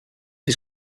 his